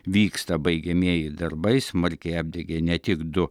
vyksta baigiamieji darbai smarkiai apdegė ne tik du